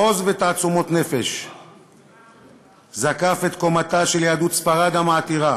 בעוז ותעצומות נפש זקף את קומתה של יהדות ספרד המעטירה,